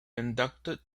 inducted